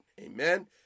amen